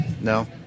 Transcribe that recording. No